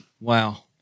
Wow